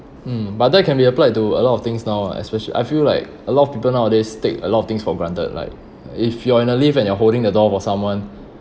mm but that can be applied to a lot of things now ah especially I feel like a lot of people nowadays take a lot of things for granted like if you're in a lift and you're holding the door for someone